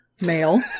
male